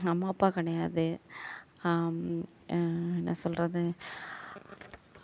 அம்மா அப்பா கிடையாது என்ன சொல்கிறது